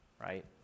right